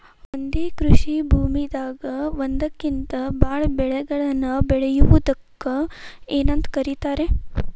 ಒಂದೇ ಕೃಷಿ ಭೂಮಿದಾಗ ಒಂದಕ್ಕಿಂತ ಭಾಳ ಬೆಳೆಗಳನ್ನ ಬೆಳೆಯುವುದಕ್ಕ ಏನಂತ ಕರಿತಾರೇ?